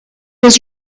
was